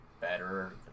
better